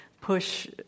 push